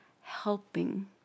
helping